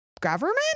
government